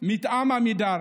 מטעם עמידר